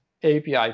API